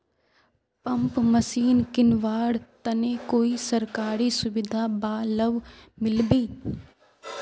Pump machine किनवार तने कोई सरकारी सुविधा बा लव मिल्बी?